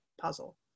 puzzle